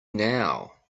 now